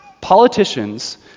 politicians